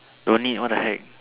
don't need what the heck